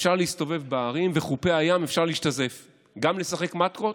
אפשר להסתובב בערים ובחופי הים אפשר להשתזף וגם לשחק מטקות.